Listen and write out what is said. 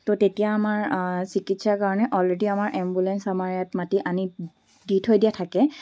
ত' তেতিয়া আমাৰ চিকিৎসাৰ কাৰণে অলৰেডি আমাৰ এম্বুলেঞ্চ আমাৰ ইয়াত মাটি আনি দি থৈ দিয়া থাকে